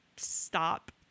stop